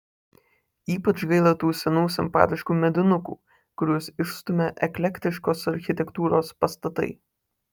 ypač gaila tų senų simpatiškų medinukų kuriuos išstumia eklektiškos architektūros pastatai